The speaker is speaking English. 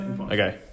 Okay